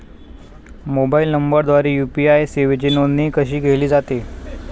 Mobile नंबरद्वारे UPI सेवेची नोंदणी कशी केली जाते?